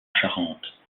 charente